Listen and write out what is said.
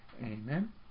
Amen